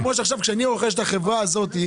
כשאני רוכש את החברה הזאת,